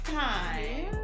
time